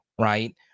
Right